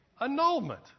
annulment